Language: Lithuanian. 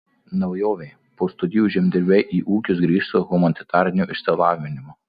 naujovė po studijų žemdirbiai į ūkius grįš su humanitariniu išsilavinimu